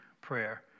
prayer